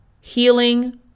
healing